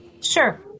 Sure